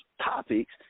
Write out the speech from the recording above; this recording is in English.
topics